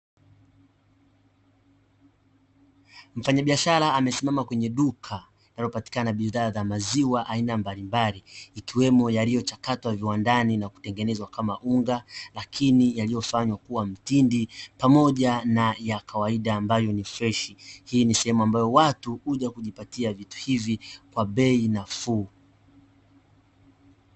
Mfanyabiashara amesimama kwenye duka linalopatikana bidhaa za maziwa aina mbalimbali, ikiwemo yaliyochakatwa viwandani na kutengenezwa kama unga lakini yaliyofanywa kuwa mtindi pamoja na ya kawaida ambayo ni freshi. Hii ni sehemu ambayo watu huja kujipatia vitu hivi kwa bei nafuu.